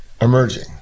emerging